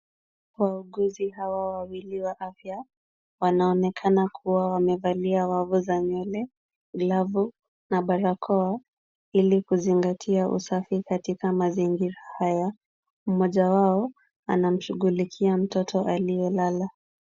Wauguzi hawa wawili wa afya wanaonekana kuwa wamevalia wavu za nywele, glavu na barakoa ili kuzingatia usafi katika mazingira haya. Mmoja wao anamshughulikia mtoto aliyelala.